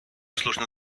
слушне